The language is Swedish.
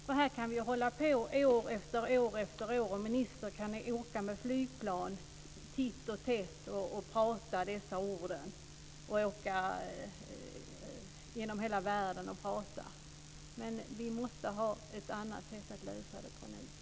Så här kan vi hålla på år efter år. Ministern kan åka med flygplan genom hela världen titt som tätt och säga dessa ord, men vi måste hitta ett annat sätt att lösa problemet på nu.